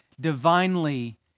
divinely